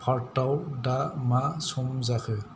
पार्थाव दा मा सम जाखो